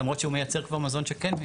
למרות שהוא מייצר כבר מזון שכן?